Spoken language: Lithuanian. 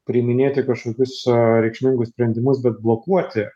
priiminėti kažkokius reikšmingus sprendimus bet blokuoti